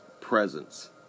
presence